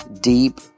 deep